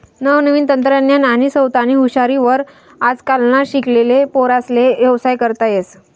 नवनवीन तंत्रज्ञान आणि सोतानी हुशारी वर आजकालना शिकेल पोर्यास्ले व्यवसाय करता येस